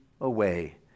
away